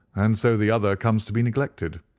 and so the other comes to be neglected.